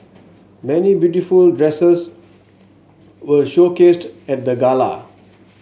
many beautiful dresses were showcased at the gala